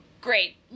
Great